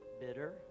bitter